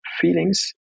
feelings